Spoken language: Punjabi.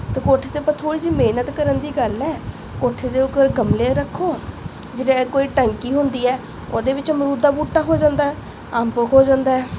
ਅਤੇ ਕੋਠੇ 'ਤੇ ਆਪਾਂ ਥੋੜ੍ਹੀ ਜਿਹੀ ਮਿਹਨਤ ਕਰਨ ਦੀ ਗੱਲ ਹੈ ਕੋਠੇ ਦੇ ਉੱਪਰ ਗਮਲੇ ਰੱਖੋ ਜਿੱਦਾਂ ਕੋਈ ਟੰਕੀ ਹੁੰਦੀ ਹੈ ਉਹਦੇ ਵਿੱਚ ਅਮਰੂਦ ਦਾ ਬੂਟਾ ਹੋ ਜਾਂਦਾ ਅੰਬ ਹੋ ਜਾਂਦਾ